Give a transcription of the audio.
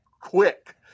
quick